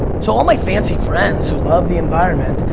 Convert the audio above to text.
so all my fancy friends who love the environment,